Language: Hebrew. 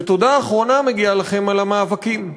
ותודה אחרונה מגיעה לכם על המאבקים.